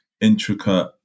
intricate